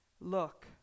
Look